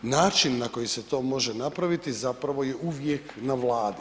Način na koji se to može napraviti zapravo je uvijek na Vladi.